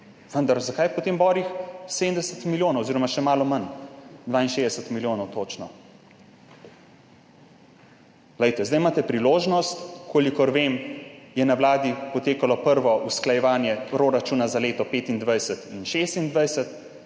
Vendar, zakaj potem borih 70 milijonov oziroma še malo manj 62 milijonov točno? Glejte, zdaj imate priložnost, kolikor vem je na Vladi potekalo prvo usklajevanje proračuna za leto 2025 in 2026,